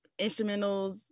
instrumentals